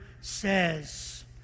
says